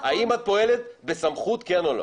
האם את פועלת בסמכות, כן או לא?